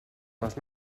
les